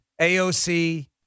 AOC